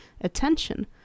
attention